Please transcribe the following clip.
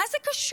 מה זה קשור?